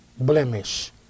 blemish